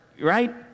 right